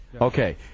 Okay